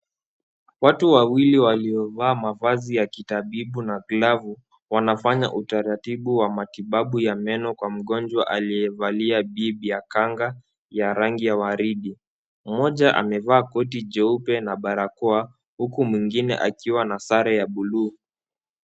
Watu wawili waliovaa mavazi ya kitabibu na glavu wanafanya utaratibu wa matibabu ya meno kwa mgonjwa aliyevalia bib ya kanga ya rangi ya waridi. Mmoja amevaa koti jeupe na barakoa huku mwingine akiwa na sare ya buluu.